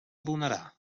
donarà